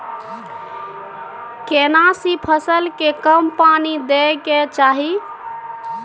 केना सी फसल के कम पानी दैय के चाही?